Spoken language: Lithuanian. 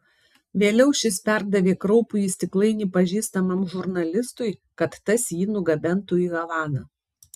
vėliau šis perdavė kraupųjį stiklainį pažįstamam žurnalistui kad tas jį nugabentų į havaną